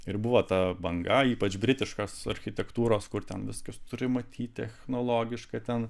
ir buvo ta banga ypač britiškos architektūros kur ten viskas turi matyti nu logiška ten